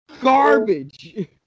Garbage